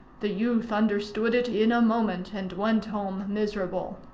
the youth understood it in a moment, and went home miserable.